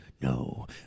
No